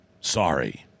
Sorry